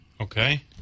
Okay